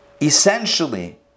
Essentially